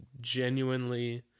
genuinely